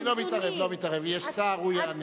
אני לא מתערב, יש שר, הוא יענה.